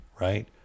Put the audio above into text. right